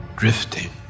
drifting